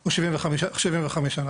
או 75 שנה.